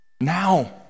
Now